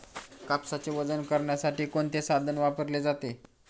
कापसाचे वजन करण्यासाठी कोणते साधन वापरले जाते?